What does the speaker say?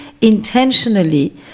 intentionally